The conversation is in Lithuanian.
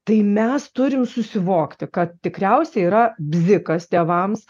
tai mes turim susivokti kad tikriausiai yra bzikas tėvams